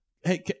Hey